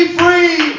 free